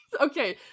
Okay